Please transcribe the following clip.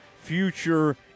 Future